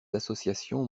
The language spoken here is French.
associations